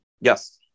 Yes